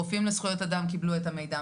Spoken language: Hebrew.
רופאים לזכויות אדם קיבלו את המידע,